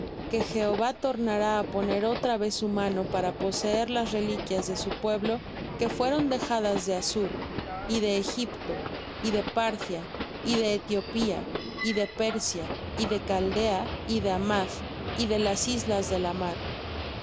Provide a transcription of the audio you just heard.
que jehová tornará á poner otra vez su mano para poseer las reliquias de su pueblo que fueron dejadas de assur y de egipto y de parthia y de etiopía y de persia y de caldea y de amath y de las islas de la mar